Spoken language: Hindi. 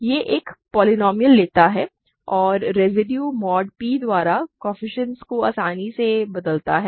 यह एक पोलीनोमिअल लेता है और रेसिडिउ मॉड p द्वारा कोएफ़िशिएंट्स को आसानी से बदलता है